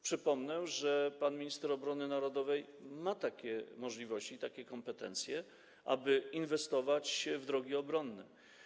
Przypomnę, że pan minister obrony narodowej ma takie możliwości i takie kompetencje, aby inwestować w drogi obronne.